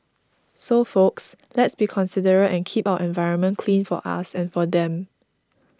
so folks let's be considerate and keep our environment clean for us and for them